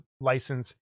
license